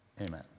Amen